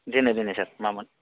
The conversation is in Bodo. देनाय देनाय सार मामोन